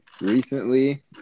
Recently